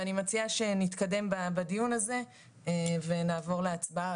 ואני מציעה שנתקדם בדיון הזה ונעבור להצבעה,